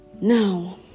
now